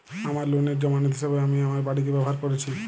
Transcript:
আমার লোনের জামানত হিসেবে আমি আমার বাড়িকে ব্যবহার করেছি